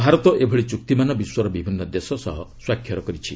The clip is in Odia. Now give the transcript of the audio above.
ଭାରତ ଏଭଳି ଚୁକ୍ତିମାନ ବିଶ୍ୱର ବିଭିନ୍ନ ଦେଶ ସହ ସ୍ୱାକ୍ଷର କରିଛି